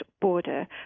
border